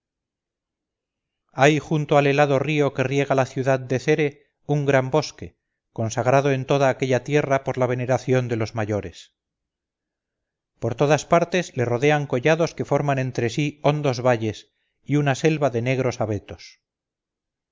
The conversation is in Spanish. hay junto al helado río que riega la ciudad de cere un gran bosque consagrado en toda aquella tierra por la veneración de los mayores por todas partes le rodean collados que forman entre sí hondos valles y una selva de negros abetos